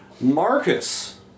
Marcus